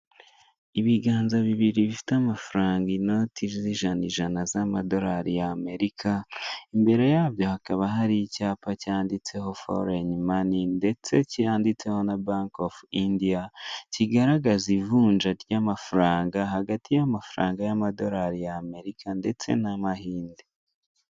Ibiganza bibiri bifite amafaranga inoti z'ijana ijana z'amadorari ya Amerika, imbere yabyo kahaba hariho icyapa cyanditseho foreni mani, ndetse cyanditseho ba banki ofu Indiya, kigaragaza ivujya ry'amafaranga hagati y'amafaranga y'amadorari ya Amerika ndetse n'amahinde.